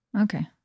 Okay